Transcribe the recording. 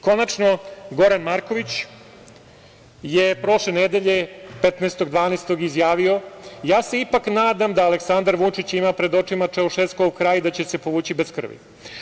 Konačno, Goran Marković je prošle nedelje, 15. 12. izjavio: "Ja se ipak nadam da Aleksandar Vučić ima pred očima Čaušeskov kraj i da će se povući bez krvi"